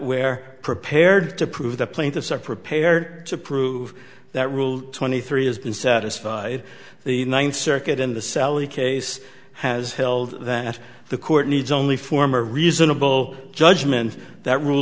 where prepared to prove the plaintiffs are prepared to prove that rule twenty three has been satisfied the ninth circuit in the sally case has held that the court needs only former reasonable judgment that rule